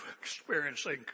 experiencing